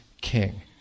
king